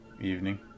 evening